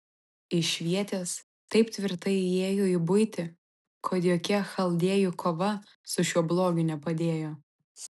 išvietės taip tvirtai įėjo į buitį kad jokia chaldėjų kova su šiuo blogiu nepadėjo